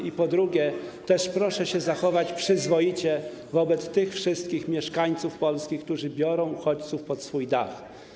I po drugie, też proszę się zachować przyzwoicie wobec tych wszystkich mieszkańców Polski, którzy biorą uchodźców pod swój dach.